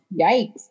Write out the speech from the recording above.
Yikes